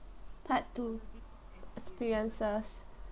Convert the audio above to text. part two experiences